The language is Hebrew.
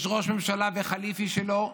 יש ראש ממשלה וחליפי שלו.